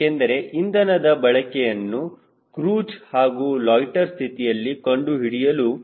ಏಕೆಂದರೆ ಇಂಧನದ ಬಳಕೆಯನ್ನು ಕ್ರೂಜ್ ಹಾಗೂ ಲೊಯ್ಟ್ಟೆರ್ ಸ್ಥಿತಿಯಲ್ಲಿ ಕಂಡು ಹಿಡಿಯಲು